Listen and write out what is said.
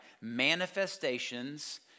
manifestations